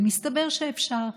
ומסתבר שאפשר.